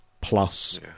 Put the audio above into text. plus